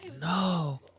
no